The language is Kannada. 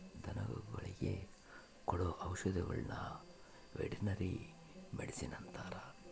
ಧನಗುಳಿಗೆ ಕೊಡೊ ಔಷದಿಗುಳ್ನ ವೆರ್ಟನರಿ ಮಡಿಷನ್ ಅಂತಾರ